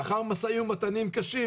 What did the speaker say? לאחר משאי ומתנים קשים,